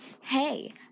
Hey